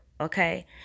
Okay